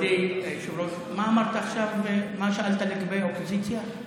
היושב-ראש, מה אמרת, מה שאלת לגבי האופוזיציה?